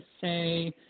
say